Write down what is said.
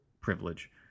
privilege